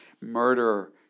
Murder